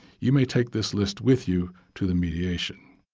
you may take this list with you to the mediation.